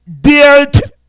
dealt